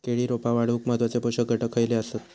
केळी रोपा वाढूक महत्वाचे पोषक घटक खयचे आसत?